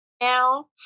now